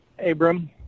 Abram